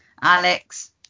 Alex